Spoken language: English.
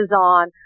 on